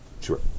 Sure